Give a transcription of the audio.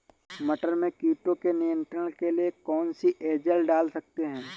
मटर में कीटों के नियंत्रण के लिए कौन सी एजल डाल सकते हैं?